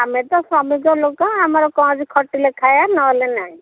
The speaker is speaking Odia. ଆମେ ତ ଶ୍ରମିକ ଲୋକ ଆମର କ'ଣ ଅଛି ଖଟିଲେ ଖାଇବା ନହେଲେ ନାଇଁ